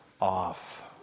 off